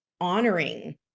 honoring